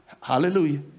Hallelujah